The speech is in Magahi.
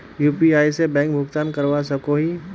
यु.पी.आई से बैंक भुगतान करवा सकोहो ही?